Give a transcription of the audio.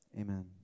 Amen